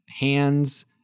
hands